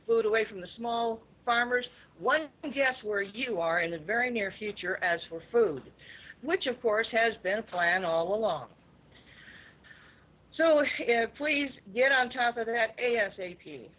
food away from the small farmers one guess where you are in the very near future as for food which of course has been planned all along so please get on top of that a s a p